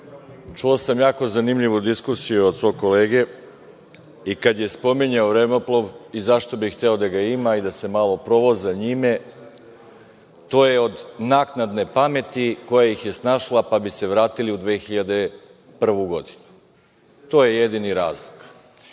čuo sam jako zanimljivu diskusiju od svog kolege i kad je spominjao vremeplov i zašto bi hteo da ga ima i da se malo provoza njime, to je od naknade pameti koja ih je snašla, pa bi se vratili u 2001. godinu. To je jedini razlog.